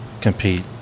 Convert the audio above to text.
compete